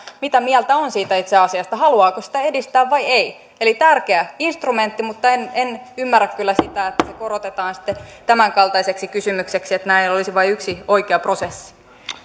mitä mieltä on siitä itse asiasta haluaako sitä edistää vai ei eli tärkeä instrumentti mutta en en ymmärrä kyllä sitä että se korotetaan sitten tämänkaltaiseksi kysymykseksi että näihin olisi vain yksi oikea prosessi